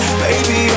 baby